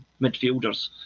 midfielders